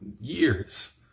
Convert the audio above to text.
years